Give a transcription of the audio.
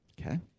Okay